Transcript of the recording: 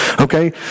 Okay